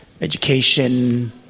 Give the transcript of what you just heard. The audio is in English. education